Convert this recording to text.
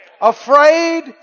Afraid